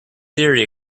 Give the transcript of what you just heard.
theory